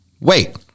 wait